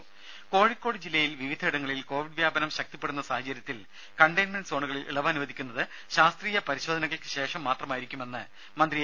രുഭ കോഴിക്കോട് ജില്ലയിൽ വിവിധ ഇടങ്ങളിൽ കോവിഡ് വ്യാപനം ശക്തിപ്പെടുന്ന സാഹചര്യത്തിൽ കണ്ടെയ്ൻമെന്റ് സോണുകളിൽ ഇളവനുവദിക്കുന്നത് ശാസ്ത്രീയ പരിശോധനകൾക്ക് ശേഷം മാത്രമായിരിക്കുമെന്ന് മന്ത്രി എ